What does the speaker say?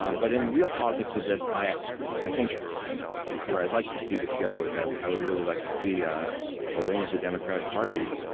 um but in the real politics of this, i i think where i'd like to see this go is i would i would really like to see a ah wing of the democratic party,